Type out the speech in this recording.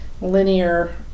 linear